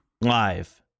live